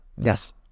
yes